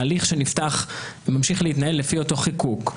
ההליך שנפתח ממשיך להתנהל לפי אותו חיקוק.